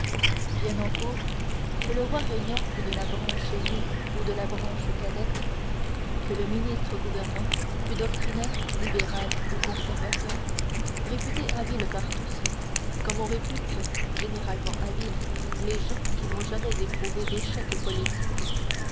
bien en cour que le roi régnant fût de la branche aînée ou de la branche cadette que le ministre gouvernant fût doctrinaire libéral ou conservateur réputé habile par tous comme on répute généralement habiles les gens qui n'ont jamais éprouvé d'échecs politiques